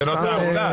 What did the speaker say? זה --- זה לא תעמולה,